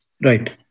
Right